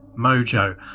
mojo